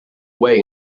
way